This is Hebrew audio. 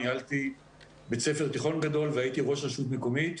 ניהלתי בית ספר תיכון גדול והייתי ראש רשות מקומית.